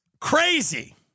crazy